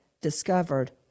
discovered